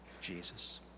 Jesus